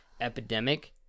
epidemic